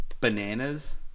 bananas